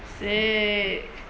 sick